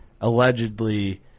allegedly